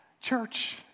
Church